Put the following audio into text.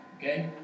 okay